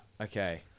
okay